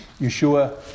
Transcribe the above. Yeshua